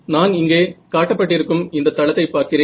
நான் இங்கே காட்டப்பட்டிருக்கும் இந்த தளத்தை பார்க்கிறேன்